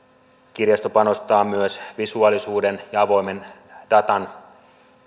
kirjasto panostaa myös visuaalisuuden ja avoimen datan